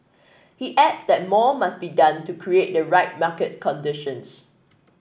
he add that more must be done to create the right market conditions